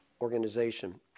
organization